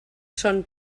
són